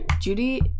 Judy